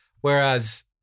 whereas